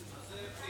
אז פנים.